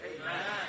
Amen